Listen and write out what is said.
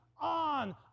on